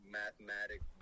mathematic